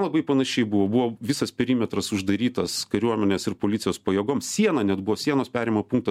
labai panašiai buvo buvo visas perimetras uždarytas kariuomenės ir policijos pajėgom siena net buvo sienos perėjimo punktas